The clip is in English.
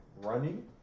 running